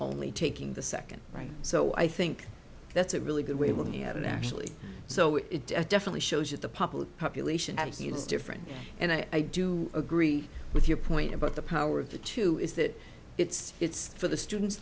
only taking the second right so i think that's a really good way of looking at it actually so it definitely shows that the public population as you was different and i do agree with your point about the power of the two is that it's it's for the students